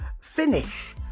finish